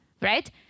right